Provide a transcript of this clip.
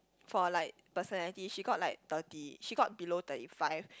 for like personality she got like thirty she got below thirty five